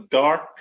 dark